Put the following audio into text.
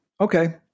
okay